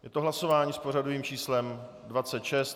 Je to hlasování s pořadovým číslem 26.